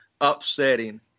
upsetting